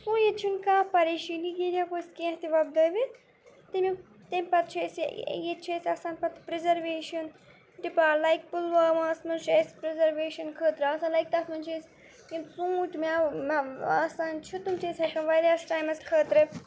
سُہ ییٚتہِ چھُنہٕ کانٛہہ پریشٲنی ییٚتہِ ہٮ۪کو أسۍ کیٚنٛہہ تہِ وۄپدٲوِتھ تِم تَمہِ پَتہٕ چھِ أسۍ ییٚتہِ چھِ أسۍ آسان پَتہٕ پرٛزرویشَن ڈِپا لایِک پُلواماہس منٛز چھُ اَسہِ پرٛزرویشَن خٲطرٕ آسان لایک تَتھ منٛز چھِ أسۍ یِم ژوٗنٛٹھۍ مٮ۪وٕ آسان چھِ تِم چھِ أسۍ ہٮ۪کان وارِیاہَس ٹایمَس خٲطرٕ